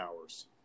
hours